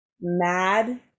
mad